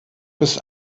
bis